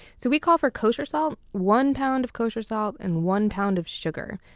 so we call for kosher salt. one pound of kosher salt and one pound of sugar.